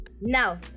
Now